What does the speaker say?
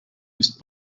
missed